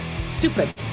Stupid